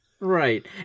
Right